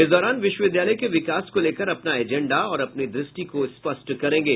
इस दौरान विश्वविद्यालय के विकास को लेकर अपना एजेंडा और अपनी दृष्टि को स्पष्ट करेंगे